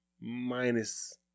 minus